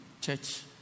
church